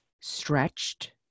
stretched